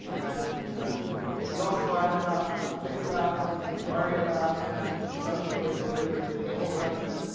and you know, you can philosophize about them, and think about them and worry about them, socially, politically, all the rest of it,